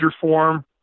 form